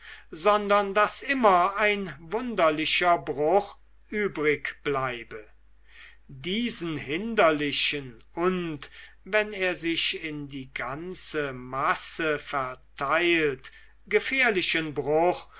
sondern daß immer ein wunderlicher bruch übrigbleibe diesen hinderlichen und wenn er sich in die ganze masse verteilt gefährlichen bruch